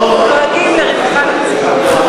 דואגים לרווחת הציבור.